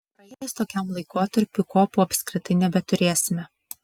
praėjus tokiam laikotarpiui kopų apskritai nebeturėsime